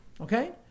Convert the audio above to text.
Okay